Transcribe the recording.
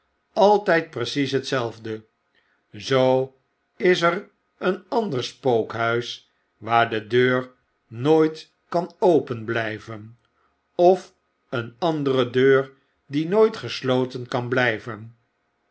altyd precies hetzelfde zoo is er een ander spookhuis waar de deur nooit kan openblijven of een andere deur die nooit gesloten kan